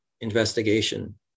investigation